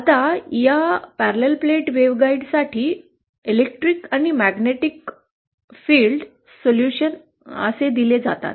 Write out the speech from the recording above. आता या समांतर प्लेट वेव्हगाईड साठी विद्युत आणि चुंबकीय क्षेत्र सोल्युशन असे दिले जातात